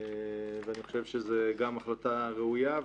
ואני חושב שזו החלטה ראויה.